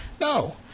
No